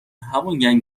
همان